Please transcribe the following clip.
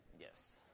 Yes